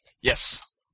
Yes